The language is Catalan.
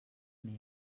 més